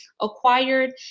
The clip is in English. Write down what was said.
acquired